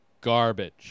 garbage